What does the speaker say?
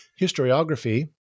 historiography